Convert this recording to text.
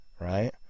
right